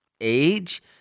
age